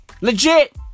Legit